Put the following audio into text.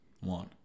one